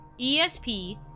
ESP